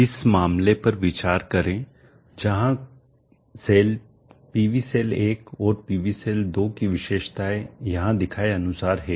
इस मामले पर विचार करें जहां सेल PV सेल 1 और PV सेल 2 की विशेषताएं यहां दिखाएं अनुसार है